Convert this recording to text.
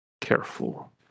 careful